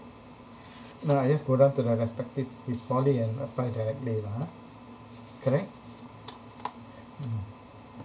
no I just go down to the respective his poly and apply directly lah ha correct mm